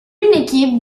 équipe